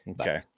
Okay